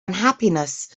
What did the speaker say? unhappiness